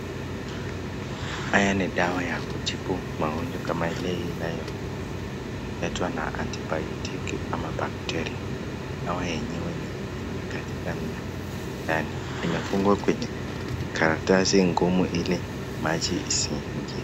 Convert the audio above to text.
Haya ni dawa ya kutibu magonjwa kama ile inayoletwa na antibayotiki ama bakteria, dawa yenyewe ni nne katika ndani. Imefungwa kwenye karatasi ngumu ili maji isiingie.